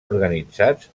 organitzats